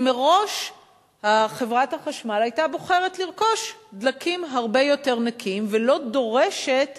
כי מראש חברת החשמל היתה בוחרת לרכוש דלקים הרבה יותר נקיים ולא דורשת